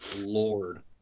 Lord